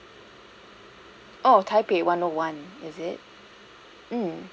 oh taipei one O one is it mm